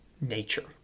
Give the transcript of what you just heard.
nature